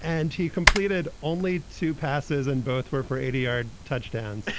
and he completed only two passes and both were for eighty yard touchdown.